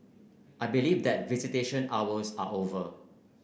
I believe that visitation hours are over